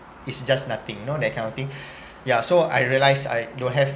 it's just nothing you know that kind of thing yeah so I realise I don't have